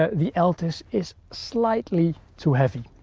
ah the altus is slightly too heavy.